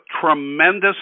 tremendous